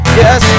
yes